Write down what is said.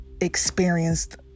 experienced